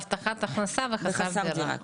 קצבת זקנה, הבטחת הכנסה וחסר דירה.